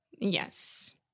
Yes